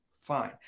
fine